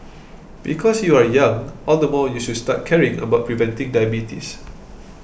because you are young all the more you should start caring about preventing diabetes